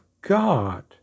God